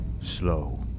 slow